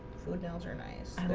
so nails are nice